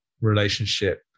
relationship